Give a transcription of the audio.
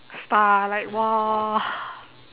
star like !wow!